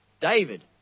David